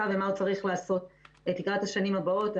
ומה עוד צריך לעשות לקראת השנים הבאות.